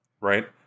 Right